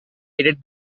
aided